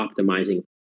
optimizing